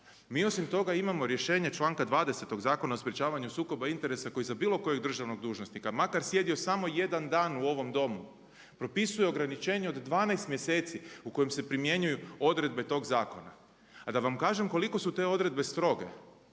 Mi osim toga imamo rješenje članka 20. Zakona o sprječavanju sukoba interesa koji za bilo kojeg drugog državnog dužnosnika makar sjedio samo jedan dan u ovom domu propisuje ograničenje od 12 mjeseci u kojem se primjenjuju odredbe tog zakona. A da vam kažem koliko su te odredbe stroge,